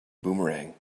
boomerang